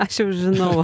aš jau žinau